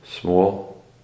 small